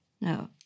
No